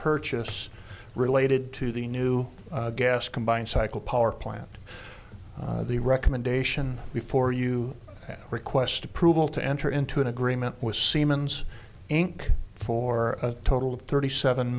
purchase related to the new gas combined cycle power plant the recommendation before you request approval to enter into an agreement with siemens inc for a total of thirty seven